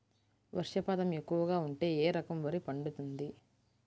వర్షపాతం ఎక్కువగా ఉంటే ఏ రకం వరి పండుతుంది?